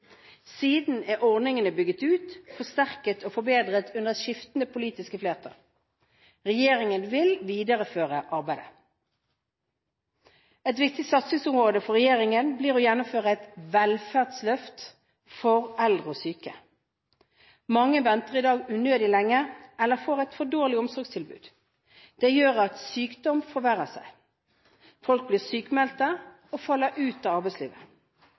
Siden er ordningene bygget ut, forsterket og forbedret under skiftende politiske flertall. Regjeringen vil videreføre arbeidet. Et viktig satsingsområde for regjeringen blir å gjennomføre et velferdsløft for eldre og syke. Mange venter i dag unødvendig lenge eller får et for dårlig omsorgstilbud. Det gjør at sykdom forverrer seg. Folk blir sykmeldte og faller ut av arbeidslivet.